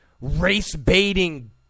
race-baiting